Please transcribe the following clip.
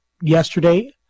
Yesterday